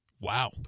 wow